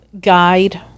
guide